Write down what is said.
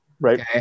Right